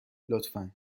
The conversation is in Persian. لطفا